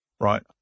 right